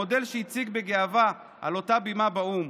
המודל שהציג בגאווה על אותה בימה באו"ם